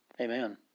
amen